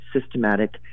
systematic